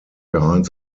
behind